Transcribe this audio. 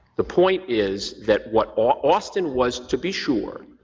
the point is that what austin was to be sure,